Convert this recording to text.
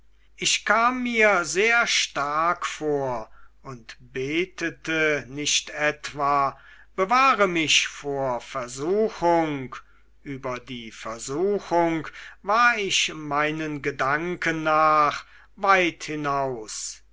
ich kam mir sehr stark vor und betete nicht etwa bewahre mich vor versuchung über die versuchung war ich meinen gedanken nach weit hinaus